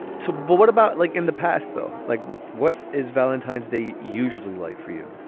so but what about like in the past, though? like what is valentine's day usually like for you?